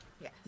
Yes